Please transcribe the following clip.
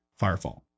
Firefall